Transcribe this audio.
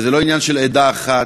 וזה לא עניין של עדה אחת,